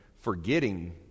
forgetting